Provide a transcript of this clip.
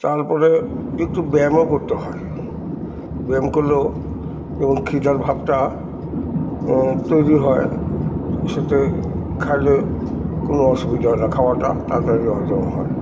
তারপরে একটু ব্যায়ামও করতে হয় ব্যায়াম করলেও যেমন খিদার ভাবটা তৈরি হয় সেতে খাইলে কোনো অসুবিধা হয় না খাওয়াটা তাড়াতাড়ি হজম হয়